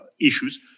issues